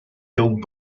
held